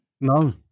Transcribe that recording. No